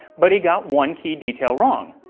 but he got one key detail wrong,